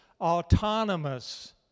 autonomous